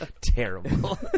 terrible